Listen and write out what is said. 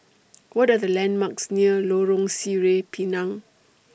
What Are The landmarks near Lorong Sireh Pinang